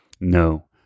No